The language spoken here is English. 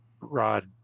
Rod